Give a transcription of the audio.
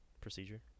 procedure